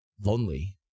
lonely